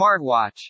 smartwatch